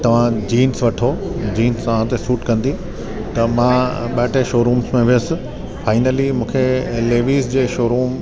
तवां जींस वठो जींस तव्हां ते सूट कंदी त मां ॿ टे शोरूम्स में वियसि फाइनली मूंखे लेविज जे शोरूम